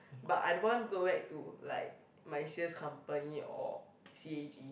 but I don't want go back to like my sales company or c_a_g